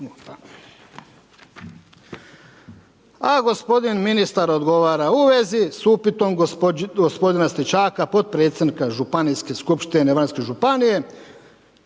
A gospodin ministar odgovara – U vezi s upitom gospodina Stričaka, potpredsjednika Županijske skupštine Varaždinske županije